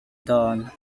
dawn